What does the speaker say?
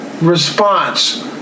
response